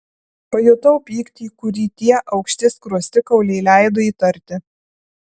pajutau pyktį kurį tie aukšti skruostikauliai leido įtarti